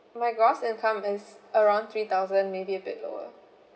my gross income is around three thousand maybe a bit lower